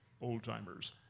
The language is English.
old-timers